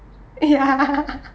ya